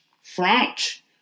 French